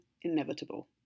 inevitable